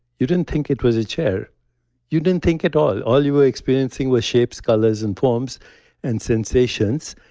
you didn't think it was a chair you didn't think at all. all you were experiencing was shapes, colors, and forms and sensations.